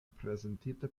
prezentita